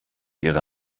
ihre